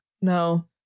no